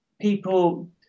people